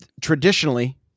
traditionally